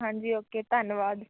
ਹਾਂਜੀ ਓਕੇ ਧੰਨਵਾਦ